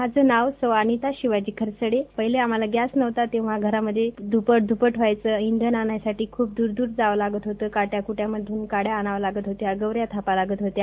माजं नाव सौ अनिता खरसडे पहिला आमच्याकडे गॅस नव्हता तेव्हा घरामध्ये धुपटधुपट व्हायचं इंधन आणण्यासाठी खूप दु जावं लागायचं काट्याकुट्यांमधून काड्या आणाव्या लागत होत्या गवऱ्या धापाव्या लागत होत्या